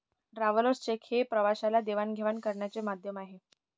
travellers cheque हे प्रवाशाला देवाणघेवाण करण्याचे माध्यम आहे